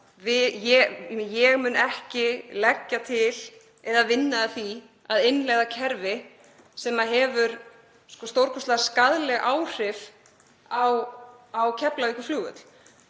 ég mun ekki leggja til eða vinna að því að innleiða kerfi sem hefur stórkostlega skaðleg áhrif á Keflavíkurflugvöll